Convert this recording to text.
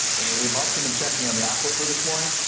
and we've also been checking on the aqua for this morning.